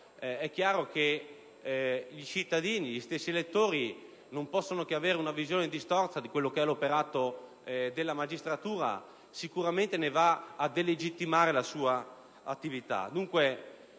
è chiaro che i cittadini, gli stessi elettori non possono che avere una visione distorta dell'operato della magistratura; sicuramente ne viene delegittimata l'attività.